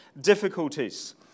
difficulties